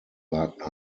wagner